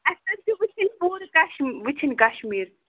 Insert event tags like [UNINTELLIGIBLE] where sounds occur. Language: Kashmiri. اَسہِ حظ چھِ وٕچھِنۍ پوٗرٕ [UNINTELLIGIBLE] وٕچھِنۍ کَشمیٖر